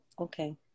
Okay